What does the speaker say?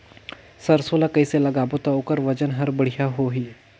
सरसो ला कइसे लगाबो ता ओकर ओजन हर बेडिया होही?